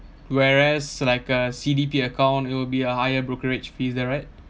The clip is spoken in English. whereas like a C_D_P account it will be a higher brokerage fees is that right